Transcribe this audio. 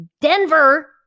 Denver